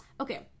Okay